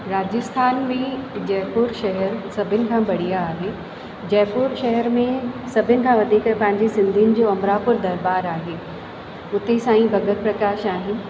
राजस्थान में जयपुर शहर सभिनि खां बढ़िया आहे जयपुर शहर में सभिनि खां वधीक पंहिंजी सिंधियुनि जो अमरापुर दरॿारि आहे उते साईं भगत प्रकाश आहिनि